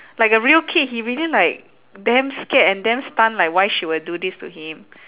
like a real kid he really like damn scared and damn stunned like why she will do this to him